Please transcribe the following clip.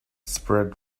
spread